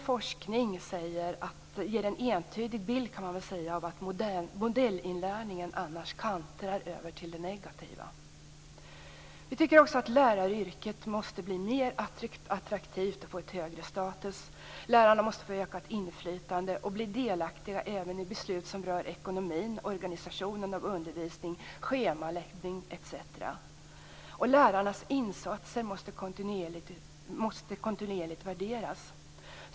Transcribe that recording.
Forskningen ger en entydig bild av att modellinlärningen annars kantrar över mot det negativa. Läraryrket måste blir mer attraktivt och få högre status. Lärarna måste få mer inflytande och bli delaktiga även i beslut som rör ekonomin, organisationen av undervisning, schemaläggning etc. Lärarnas insatser måste värderas kontinuerligt.